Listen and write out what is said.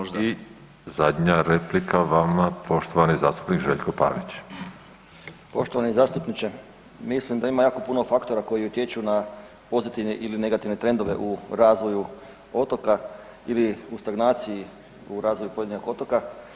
Poštovani zastupniče, mislim da ima jako puno faktora koji utječu na pozitivne ili negativne trendove u razvoju otoka ili u stagnaciji u razvoju pojedinog otoka.